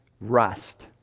rust